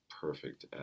perfect